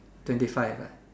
twenty five ah